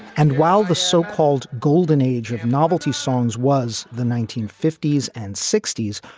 and while the so-called golden age of and novelty songs was the nineteen fifty s and sixty s,